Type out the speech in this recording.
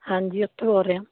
ਹਾਂਜੀ ਉੱਥੇ ਬੋਲ ਰਿਹਾ